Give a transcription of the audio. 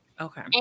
okay